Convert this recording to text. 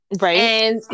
Right